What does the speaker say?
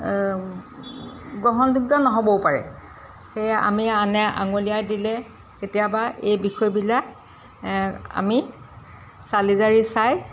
গ্ৰহণযোগ্য নহ'বও পাৰে সেয়ে আমি আনে আঙুলিয়াই দিলে কেতিয়াবা এই বিষয়বিলাক আমি চালি জাৰি চাই